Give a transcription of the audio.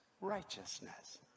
righteousness